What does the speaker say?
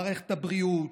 מערכת הבריאות,